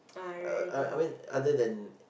uh I mean other than